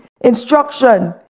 instruction